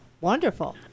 Wonderful